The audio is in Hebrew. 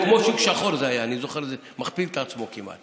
זה היה כמו שוק שחור, מכפיל את עצמו כמעט.